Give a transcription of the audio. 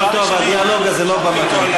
הדיאלוג הזה לא במקום.